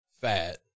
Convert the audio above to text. fat